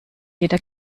jeder